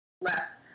left